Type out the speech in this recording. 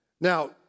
Now